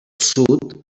sud